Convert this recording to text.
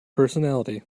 personality